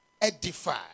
edify